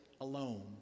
alone